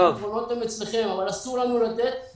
הפתרונות הם אצלכם אבל אסור לנו לתת